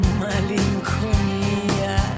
malinconia